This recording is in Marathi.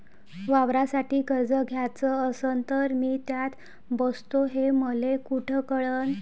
वावरासाठी कर्ज घ्याचं असन तर मी त्यात बसतो हे मले कुठ कळन?